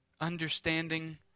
understanding